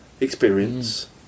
experience